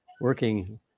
working